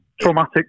traumatic